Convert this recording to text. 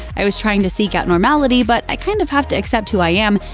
i was trying to seek out normality, but i kind of have to accept who i am,